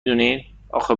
دونین، اخه